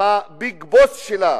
ה"ביג בוס" שלה,